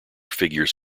figures